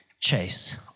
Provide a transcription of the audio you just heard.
chase